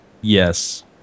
Yes